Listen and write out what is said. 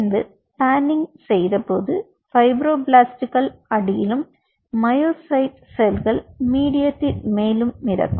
பின்பு பானிங் செய்தபோது பைப்ரோபிளஸ்டுகள் அடியிலும் மயோசைட் செல்கள் மீடியதின் மேலும் மிதக்கும்